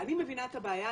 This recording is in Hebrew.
אני מבינה את הבעיה.